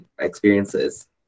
experiences